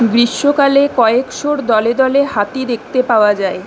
গ্রীষ্মকালে কয়েকশোর দলে দলে হাতি দেখতে পাওয়া যায়